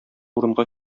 урынга